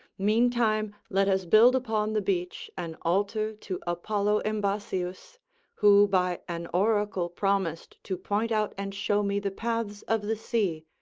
meantime let us build upon the beach an altar to apollo embasius who by an oracle promised to point out and show me the paths of the sea,